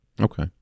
Okay